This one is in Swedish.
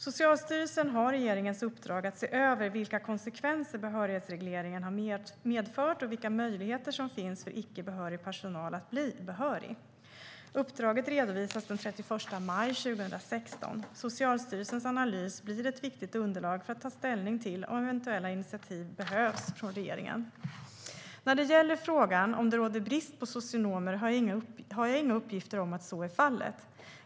Socialstyrelsen har regeringens uppdrag att se över vilka konsekvenser behörighetsregleringen har medfört och vilka möjligheter som finns för icke behörig personal att bli behörig. Uppdraget redovisas den 31 maj 2016. Socialstyrelsens analys blir ett viktigt underlag för att ta ställning till om eventuella initiativ behövs från regeringen. När det gäller frågan om det råder brist på socionomer har jag inga uppgifter om att så är fallet.